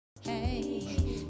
Hey